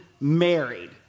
married